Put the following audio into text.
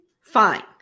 fine